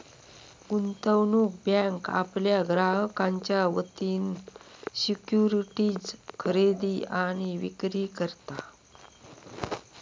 गुंतवणूक बँक आपल्या ग्राहकांच्या वतीन सिक्युरिटीज खरेदी आणि विक्री करता